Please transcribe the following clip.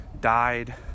died